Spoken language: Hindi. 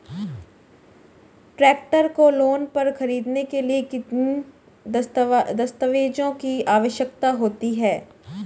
ट्रैक्टर को लोंन पर खरीदने के लिए किन दस्तावेज़ों की आवश्यकता होती है?